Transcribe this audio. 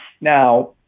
Now